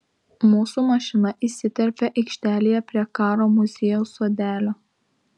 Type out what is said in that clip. mūsų mašina įsiterpia aikštelėje prie karo muziejaus sodelio